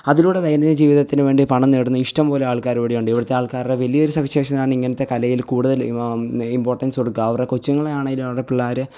അതിലൂടെ ദൈനം ദിന ജീവിതത്തിന് വേണ്ടി പണം നേടുന്ന ഇഷ്ടം പോലെ ആൾക്കാർ ഇവിടെയുണ്ട് ഇവിടത്തെ ആൾക്കാരുടെ വലിയ ഒരു സവിശേഷതയാണ് ഇങ്ങനത്തെ കലയിൽ കൂടുതൽ ഇമ്പോട്ടൻസ് കൊടുക്കുക അവരുടെ കൊച്ചുങ്ങളെ ആണെങ്കിലും അവരുടെ പിള്ളേർ